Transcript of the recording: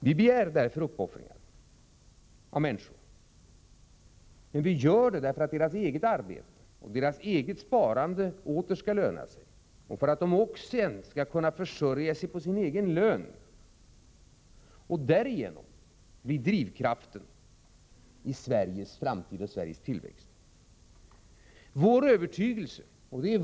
Vi begär därför uppoffringar av människorna, men vi gör det därför att deras eget arbete och deras eget sparande åter skall löna sig och för att de återigen skall kunna försörja sig på sin egen lön och därigenom bli drivkraften i Sveriges framtid och Sveriges tillväxt.